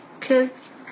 kids